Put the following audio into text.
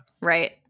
Right